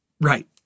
Right